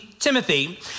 Timothy